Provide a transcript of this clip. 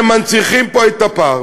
הם מנציחים פה את הפער,